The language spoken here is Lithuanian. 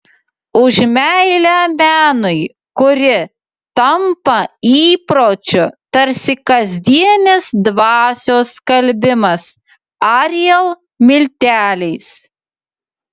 už meilę menui kuri tampa įpročiu tarsi kasdienis dvasios skalbimas ariel milteliais